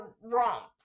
romps